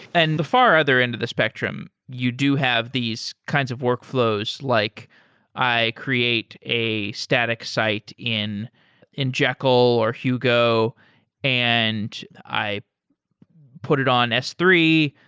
and the far other end of this spectrum, you do have these kinds of workflows like i create a static site in in jekyll or hugo and i put it on s three.